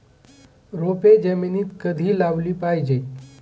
रोपे जमिनीत कधी लावली पाहिजे?